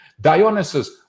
Dionysus